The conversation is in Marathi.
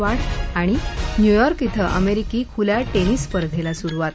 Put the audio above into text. वाढ न्यूयॉर्क धिं अमरिकी खुल्या टनिंस स्पर्धेला सुरुवात